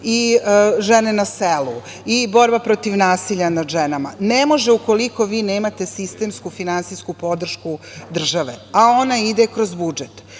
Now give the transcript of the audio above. i žene na selu, i borba protiv nasilja nad ženama, ne može ukoliko vi nemate sistemsku finansijsku podršku države, a ona ide kroz budžet,